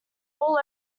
all